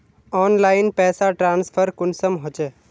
Online पैसा transfer कुंसम होचे?